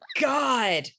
God